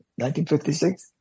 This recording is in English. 1956